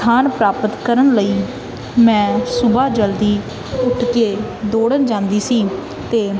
ਸਥਾਨ ਪ੍ਰਾਪਤ ਕਰਨ ਲਈ ਮੈਂ ਸੁਬਹਾ ਜਲਦੀ ਉੱਠ ਕੇ ਦੌੜਨ ਜਾਂਦੀ ਸੀ ਅਤੇ